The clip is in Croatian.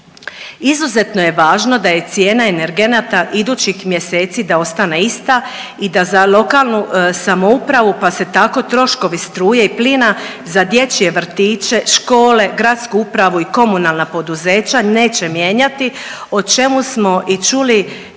Izuzetno je važno da je cijena energenata idućih mjeseci da ostane ista i da za lokalnu samoupravu pa se tako troškovi struje i plina za dječje vrtiće, škole, gradsku upravu i komunalna poduzeća neće mijenjati o čemu smo i čuli